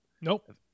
Nope